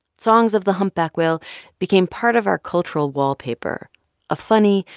songs of the humpback whale became part of our cultural wallpaper a funny,